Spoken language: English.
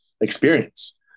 experience